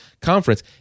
conference